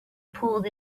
pulled